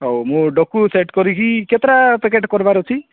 ହୋଉ ମୁଁ ସେଟ୍ କରିକି କେତେଟା ପେକେଟେ କରିବାର ଅଛି